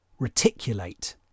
reticulate